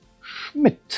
Schmidt